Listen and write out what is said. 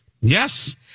Yes